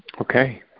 Okay